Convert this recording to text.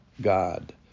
God